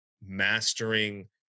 mastering